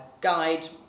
guide